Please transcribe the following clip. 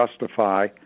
justify